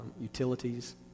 utilities